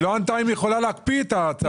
היא לא ענתה אם היא יכולה להקפיא את זה.